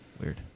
Weird